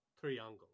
triangle